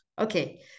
okay